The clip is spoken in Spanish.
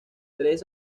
tres